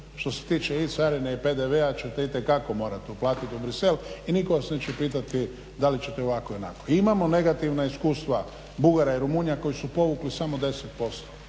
što se tiče i carine i PDV-a ćete itekako morati uplatiti u Bruxelles i nitko vas neće pitati da li ćete ovako i onako. Imamo negativna iskustva Bugara i Rumunja koji su povukli samo 10%.